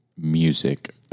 Music